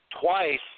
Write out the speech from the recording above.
twice